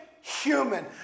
human